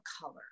color